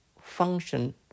function